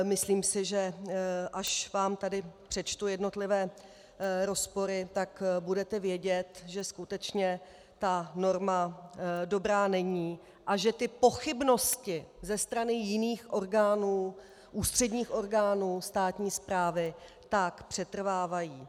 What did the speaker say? Myslím si, že až vám tady přečtu jednotlivé rozpory, tak budete vědět, že skutečně ta norma dobrá není a že ty pochybnosti ze strany jiných orgánů, ústředních orgánů státní správy, tak přetrvávají.